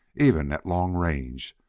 even at long range,